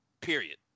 period